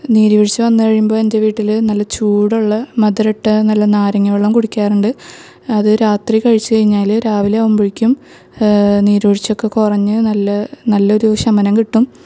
നീരുവീഴ്ച വന്നുകഴിയുമ്പോൾ എൻ്റെ വീട്ടില് നല്ല ചൂടുള്ള മധുരമിട്ട നല്ല നാരങ്ങാവെള്ളം കുടിക്കാറുണ്ട് അത് രാത്രി കഴിച്ച് കഴിഞ്ഞാല് രാവിലെ ആകുമ്പഴേക്കും നീരുവീഴ്ച്ച ഒക്കെ കുറഞ്ഞ് നല്ല നല്ലൊരു ശമനം കിട്ടും